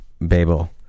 Babel